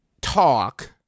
talk